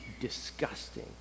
disgusting